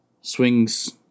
swings